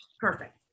Perfect